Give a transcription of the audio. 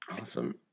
Awesome